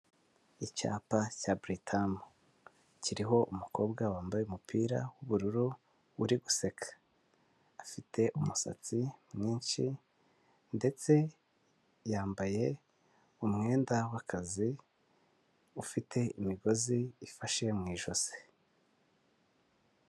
Icyapa cya britam kiriho umukobwa wambaye umupira w'ubururu uri guseka, afite umusatsi mwinshi ndetse yambaye umwenda w'akazi ufite imigozi ifashe mu ijosi.